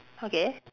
okay